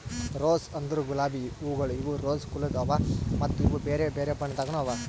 rose ಅಂದುರ್ ಗುಲಾಬಿ ಹೂವುಗೊಳ್ ಇವು ರೋಸಾ ಕುಲದ್ ಅವಾ ಮತ್ತ ಇವು ಬೇರೆ ಬೇರೆ ಬಣ್ಣದಾಗನು ಅವಾ